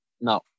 no